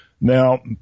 Now